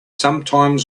sometimes